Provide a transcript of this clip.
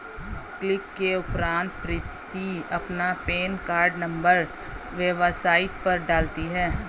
click के उपरांत प्रीति अपना पेन कार्ड नंबर वेबसाइट पर डालती है